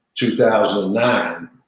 2009